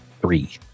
Three